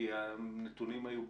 כי הנתונים היו ברורים.